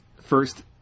First